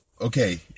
okay